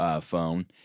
phone